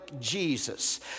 Jesus